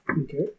Okay